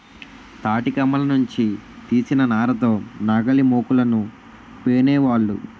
తాటికమ్మల నుంచి తీసిన నార తో నాగలిమోకులను పేనేవాళ్ళు